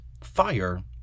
fire